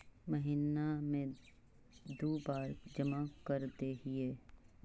महिना मे दु बार जमा करदेहिय?